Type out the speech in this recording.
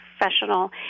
professional